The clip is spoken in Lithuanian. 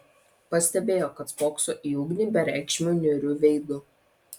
pastebėjo kad spokso į ugnį bereikšmiu niūriu veidu